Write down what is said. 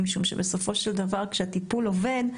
משום שכאשר הטיפול עובד,